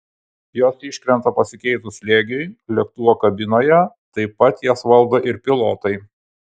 jos iškrenta pasikeitus slėgiui lėktuvo kabinoje taip pat jas valdo ir pilotai